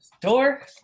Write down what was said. door